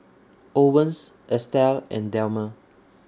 Owens Estelle and Delmer